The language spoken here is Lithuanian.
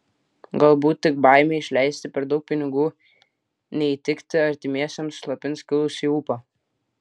galbūt tik baimė išleisti per daug pinigų neįtikti artimiesiems slopins kilusį ūpą